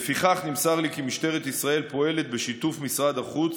לפיכך נמסר לי כי משטרת ישראל פועלת בשיתוף משרד החוץ,